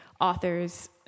authors